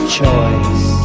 choice